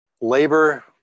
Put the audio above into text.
labor